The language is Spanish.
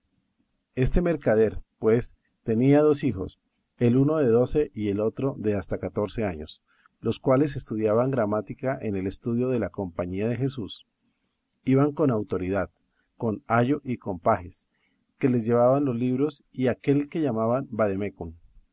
este mercader pues tenía dos hijos el uno de doce y el otro de hasta catorce años los cuales estudiaban gramática en el estudio de la compañía de jesús iban con autoridad con ayo y con pajes que les llevaban los libros y aquel que llaman vademécum